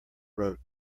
wrote